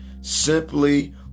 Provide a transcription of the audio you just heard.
simply